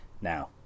Now